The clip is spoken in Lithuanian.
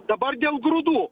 dabar dėl grūdų